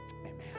amen